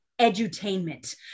edutainment